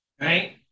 Right